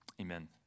Amen